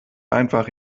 einfach